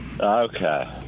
Okay